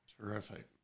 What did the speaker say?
Terrific